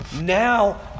Now